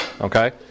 Okay